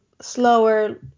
slower